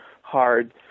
hard